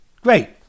Great